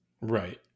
Right